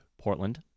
Portland